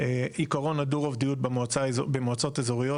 עיקרון הדו רובדיות במועצות אזוריות.